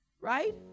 right